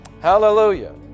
Hallelujah